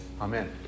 Amen